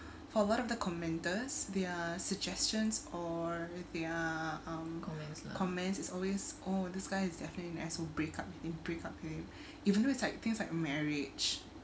for one of the commenters their suggestions or with their um comments is always oh this guy is definitely an asshole break up with him break up with him even though it's like things like marriage